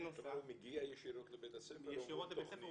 מגיע ישירות לבית הספר -- ישירות לבית ספר,